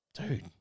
dude